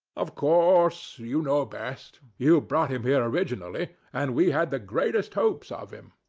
of course you know best you brought him here originally and we had the greatest hopes of him.